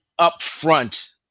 upfront